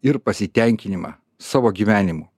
ir pasitenkinimą savo gyvenimu